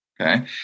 Okay